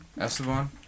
Esteban